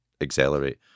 accelerate